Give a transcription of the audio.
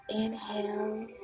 Inhale